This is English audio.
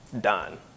done